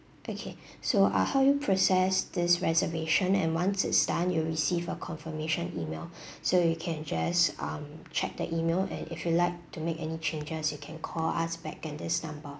okay so I'll help you process this reservation and once it's done you will receive a confirmation email so you can just um check the email and if you'd like to make any changes you can call us back at this number